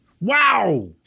Wow